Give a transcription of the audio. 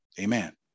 Amen